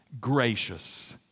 gracious